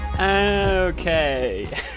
okay